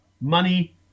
money